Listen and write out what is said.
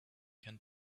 can